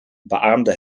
beaamde